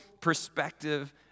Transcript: perspective